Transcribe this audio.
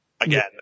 again